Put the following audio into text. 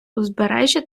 узбережжя